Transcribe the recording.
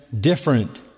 different